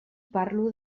parlo